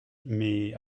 mais